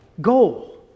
goal